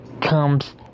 comes